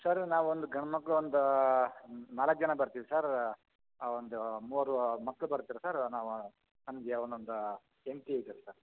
sir ನಾವೊಂದು ಗಂಡ್ಮಕ್ಳು ಒಂದು ನಾಲ್ಕು ಜನ ಬರ್ತೀವಿ ಸರ್ ಒಂದು ಮೂರು ಮಕ್ಕಳು ಬರ್ತಾರ್ ಸರ್ ನಾವು ನಮ್ಗೆ ಒಂದೊಂದು ಹೆಂಡ್ತಿ ಇದಾರೆ ಸರ್